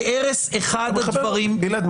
להרס אחד הדברים --- גלעד,